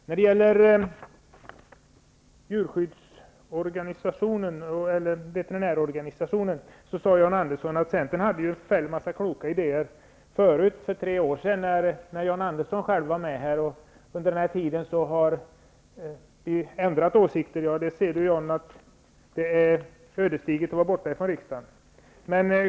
När det gäller veterinärorganisationen sade John Andersson att Centern hade en förfärlig massa kloka idéer för tre år sedan, när John Andersson själv var med här. Sedan dess har vi ändrat åsikter, sade han. Där ser John Andersson att det är ödesdigert att vara borta från riksdagen!